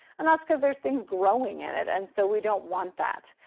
and that's cause there's things growing in it. and so we don't want that.